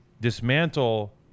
dismantle